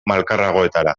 malkarragoetara